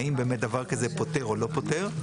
האם באמת דבר כזה פוטר או לא פוטר.